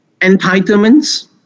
entitlements